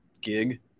gig